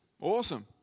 Awesome